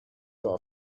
are